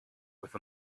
with